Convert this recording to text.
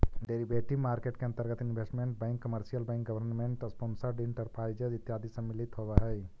derivative market के अंतर्गत investment bank commercial bank government sponsored enterprises इत्यादि सम्मिलित होवऽ हइ